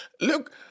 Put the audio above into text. Look